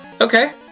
Okay